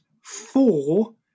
four